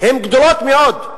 הן גדולות מאוד.